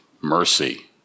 mercy